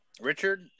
Richard